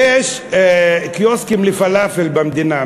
יש קיוסקים לפלאפל במדינה,